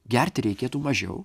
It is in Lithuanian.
gerti reikėtų mažiau